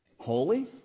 Holy